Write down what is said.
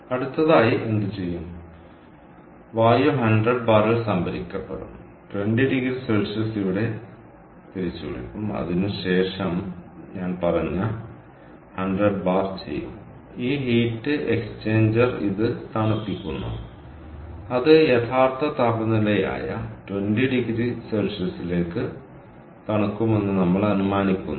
അടുത്തതായി എന്തുചെയ്യും വായു 100 ബാറിൽ സംഭരിക്കപ്പെടും 20oC ഇവിടെ തിരിച്ചുവിളിക്കും അതിനുശേഷം ഞാൻ പറഞ്ഞ 100 ബാർ ചെയ്യും ഈ ഹീറ്റ് എക്സ്ചേഞ്ചർ ഇത് തണുപ്പിക്കുന്നു അത് യഥാർത്ഥ താപനിലയായ 20oC ലേക്ക് തണുക്കുമെന്ന് നമ്മൾ അനുമാനിക്കുന്നു